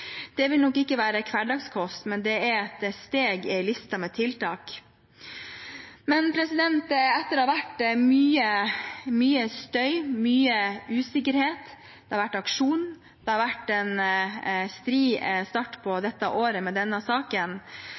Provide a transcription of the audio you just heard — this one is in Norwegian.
Det vil nok ikke være hverdagskost, men det er et steg i en liste med tiltak. Etter at det har vært mye støy, mye usikkerhet, det har vært aksjon, det har vært en stri start på dette året med denne saken,